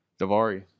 Davari